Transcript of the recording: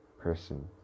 person